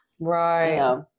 Right